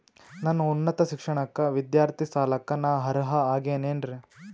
ನನ್ನ ಉನ್ನತ ಶಿಕ್ಷಣಕ್ಕ ವಿದ್ಯಾರ್ಥಿ ಸಾಲಕ್ಕ ನಾ ಅರ್ಹ ಆಗೇನೇನರಿ?